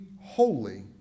holy